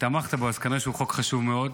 תמכת בו, אז כנראה הוא חוק חשוב מאוד,